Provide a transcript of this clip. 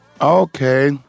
Okay